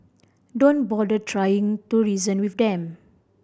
don't bother trying to reason with them